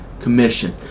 Commission